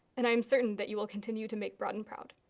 and i am certain that you will continue to make broughton proud.